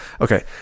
Okay